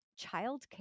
childcare